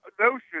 notion